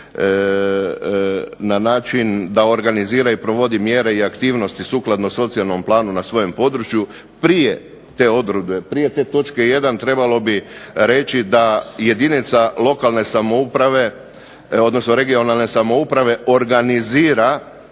na način da organizira i provodi mjere i aktivnosti sukladno socijalnom planu na svojem području. Prije te točke 1. trebalo bi reći da jedinica lokalne samouprave odnosno regionalne samouprave organizira